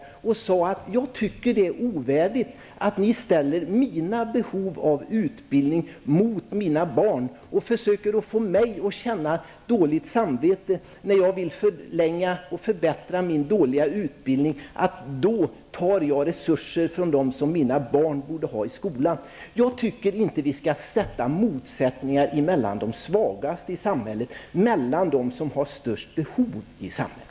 Hon sade: Jag tycker att det är ovärdigt att ni ställer mina behov av utbildning mot mina barns behov. Ni försöker få mig att ha dåligt samvete, därför att jag vill förlänga och förbättra min tidigare dåliga utbildning. Jag skulle alltså ta resurser som mina barn i stället borde ha i skolan. Jag tycker inte att vi skall sätta de svagaste i samhället i motsats till varandra, alltså de som har de största behoven i vårt samhälle.